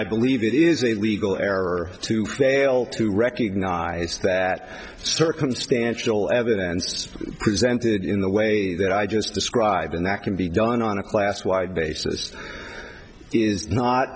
i believe it is a legal error to fail to recognize that circumstantial evidence is presented in the way that i just described and that can be done on a class wide basis is not